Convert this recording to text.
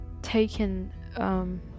taken